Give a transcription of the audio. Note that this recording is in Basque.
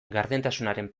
gardentasunaren